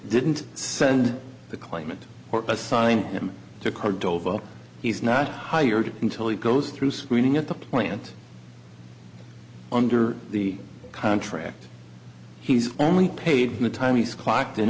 didn't send the claimant or assign him to cordova he's not hired until he goes through screening at the plant under the contract he's only paid in the time he's clocked in